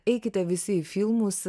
eikite visi į filmus